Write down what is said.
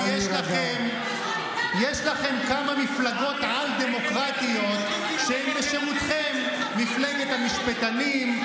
יש לכם כמה מפלגות על-דמוקרטיות בשירותכם: מפלגת המשפטנים,